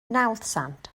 nawddsant